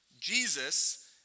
Jesus